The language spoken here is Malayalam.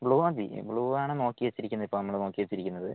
ബ്ലൂ മതി ബ്ലൂവാണ് നോക്കിവെച്ചിരിക്കുന്നതിപ്പോള് നമ്മള് നോക്കിവെച്ചിരിക്കുന്നത്